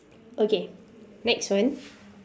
okay next one